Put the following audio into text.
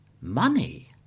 Money